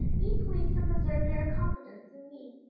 be pleased to preserve your confidence in me,